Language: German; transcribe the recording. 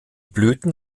blüten